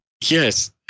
Yes